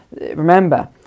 remember